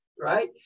right